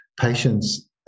patients